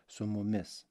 su mumis